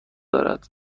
دارد